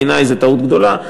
בעיני זו טעות גדולה,